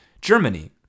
Germany